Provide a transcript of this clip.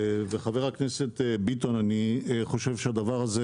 וחבר הכנסת ביטון, אני חושב שהדבר הזה